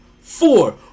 Four